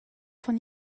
von